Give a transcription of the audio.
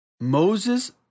Moses